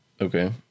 Okay